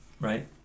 right